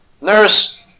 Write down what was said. Nurse